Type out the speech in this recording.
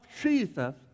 Jesus